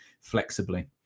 flexibly